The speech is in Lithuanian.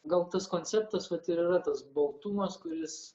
gal tas koncertas vat ir yra tas baltumas kuris